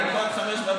אני פה עד 05:00,